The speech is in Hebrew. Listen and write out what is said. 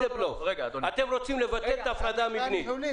אתם רוצים לבטל את ההפרדה המבנית.